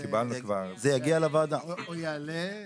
או יעלה.